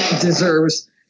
deserves